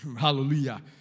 Hallelujah